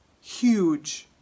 huge